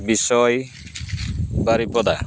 ᱵᱤᱥᱚᱭ ᱵᱟᱹᱨᱤᱯᱟᱫᱟ